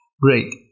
Great